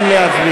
כן.